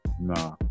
Nah